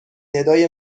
ندای